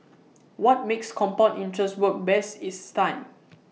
what makes compound interest work best is time